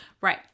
Right